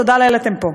תודה לאל, אתם פה.